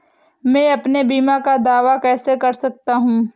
मैं अपने बीमा का दावा कैसे कर सकता हूँ?